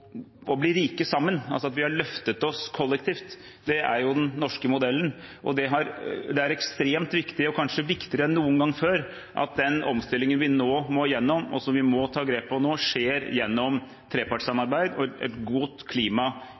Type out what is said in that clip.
bli rike sammen, altså at vi har løftet oss kollektivt, er den norske modellen. Det er ekstremt viktig, og kanskje viktigere enn noen gang før, at den omstillingen vi nå må gjennom, og som vi må ta grep om nå, skjer gjennom trepartssamarbeid og et godt klima